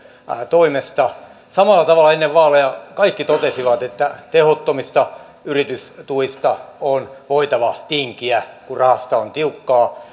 toimesta samalla tavalla ennen vaaleja kaikki totesivat että tehottomista yritystuista on voitava tinkiä kun rahasta on tiukkaa